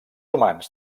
humans